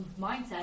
mindset